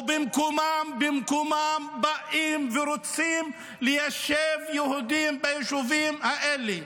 ובמקומם באים ורוצים ליישב יהודים ביישובים האלה.